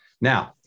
Now